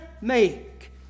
make